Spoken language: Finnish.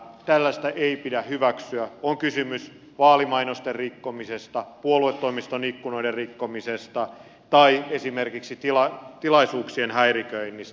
tällaista ei pidä hyväksyä on sitten kysymys vaalimainosten rikkomisesta puoluetoimiston ikkunoiden rikkomisesta tai esimerkiksi tilaisuuksien häiriköinnistä